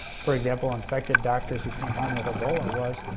for example, infected doctors who came home with ebola was,